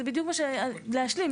זה להשלים.